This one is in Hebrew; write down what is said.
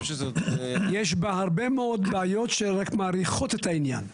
יש בה הרבה מאוד בעיות שרק מאריכות את העניין.